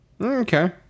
Okay